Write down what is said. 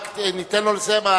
רק ניתן לו לסיים.